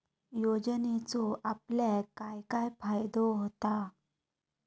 योजनेचो आपल्याक काय काय फायदो होता?